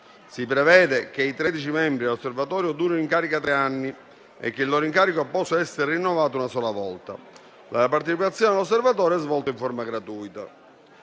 Si prevede che i 13 membri dell'osservatorio durino in carica tre anni e che il loro incarico possa essere rinnovato una sola volta. La partecipazione all'osservatorio è svolta in forma gratuita.